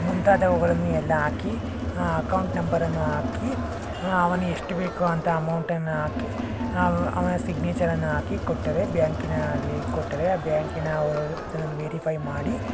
ಮುಂತಾದವುಗಳನ್ನು ಎಲ್ಲ ಹಾಕಿ ಅಕೌಂಟ್ ನಂಬರನ್ನು ಹಾಕಿ ಅವನು ಎಷ್ಟು ಬೇಕು ಅಂತ ಅಮೌಂಟನ್ನು ಹಾಕಿ ಅವನ ಸಿಗ್ನೇಚರನ್ನು ಹಾಕಿ ಕೊಟ್ಟರೆ ಬ್ಯಾಂಕಿನಲ್ಲಿ ಕೊಟ್ಟರೆ ಆ ಬ್ಯಾಂಕಿನವರು ಅದನ್ನು ವೆರಿಫೈ ಮಾಡಿ